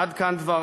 עד כאן דבריו.